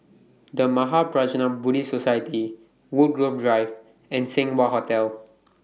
The Mahaprajna Buddhist Society Woodgrove Drive and Seng Wah Hotel